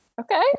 Okay